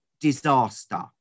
disaster